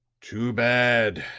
too bad!